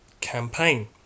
campaign